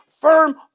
firm